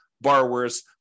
borrowers